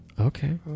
Okay